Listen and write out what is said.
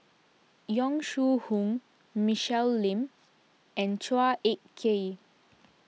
Yong Shu Hoong Michelle Lim and Chua Ek Kay